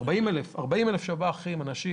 שב"חים אנשים